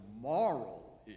moral